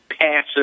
Passive